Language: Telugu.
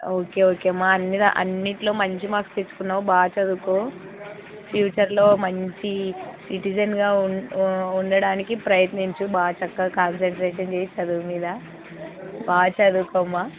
ఓకే ఓకేమ్మా అన్ని అన్నింట్లో మంచి మార్క్స్ తెచ్చుకున్నావ్ బాగా చదువుకో ఫ్యూచర్లో మంచి సిటిజన్గా ఉ ఉండడానికి ప్రయత్నించు బాగా చక్కగా కాన్సన్ట్రేషన్ చేసి చదువు మీద బాగా చదువుకోమ్మా